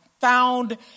found